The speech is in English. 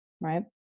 Right